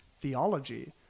theology